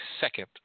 second